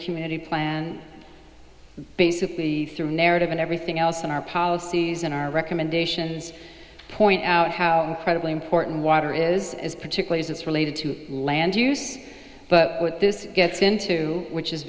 committee plan basically through narrative and everything else in our policies and our recommendations point out how credibly important water is as particular as it's related to land use but what this gets into which is